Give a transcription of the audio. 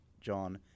John